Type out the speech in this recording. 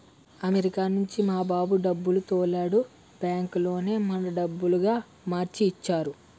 America నుంచి మా బాబు డబ్బులు తోలాడు బ్యాంకులోనే మన డబ్బులుగా మార్చి ఇచ్చినారు